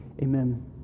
Amen